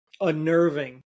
unnerving